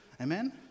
Amen